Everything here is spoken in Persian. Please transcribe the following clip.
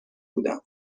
بودم